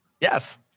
yes